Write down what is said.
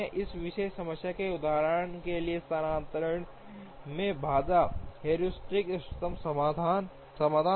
उस विशेष समस्या के उदाहरण के लिए स्थानांतरण में बाधा हेयुरिस्टिक इष्टतम समाधान दिया